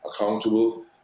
accountable